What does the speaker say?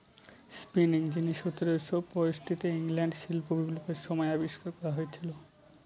spinning jenny সতেরোশো পয়ষট্টিতে ইংল্যান্ডে শিল্প বিপ্লবের সময় আবিষ্কার করা হয়েছিল